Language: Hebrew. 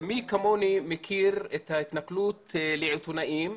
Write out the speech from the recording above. מי כמוני מכיר את ההתנכלות לעיתונאים,